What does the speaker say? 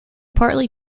partly